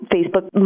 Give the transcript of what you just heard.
Facebook